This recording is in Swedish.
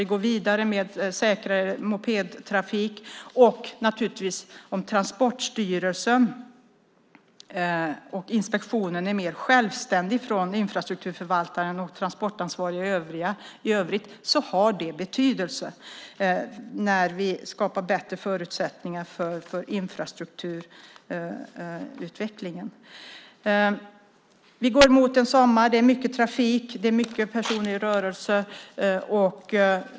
Vi går vidare med säkrare mopedtrafik. Och, naturligtvis, om Transportstyrelsen och inspektionen är mer självständig från infrastrukturförvaltaren och transportansvariga i övrigt har det betydelse när vi skapar bättre förutsättningar för infrastrukturutvecklingen. Vi går mot en sommar. Det är mycket trafik. Det är mycket personer i rörelse.